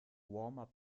warmup